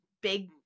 big